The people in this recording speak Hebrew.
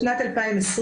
בשנת 2020,